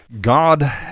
God